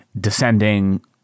descending